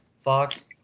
fox